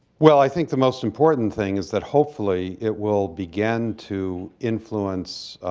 well, i think the most important thing is that hopefully it will begin to influence